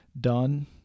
done